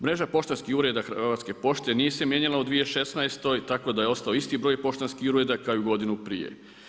Mreža poštanskih ureda Hrvatske pošte nije se mijenjala u 2016. tako da je ostao isti broj poštanskih ureda kao i godinu prije.